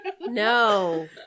No